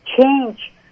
change